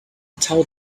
tow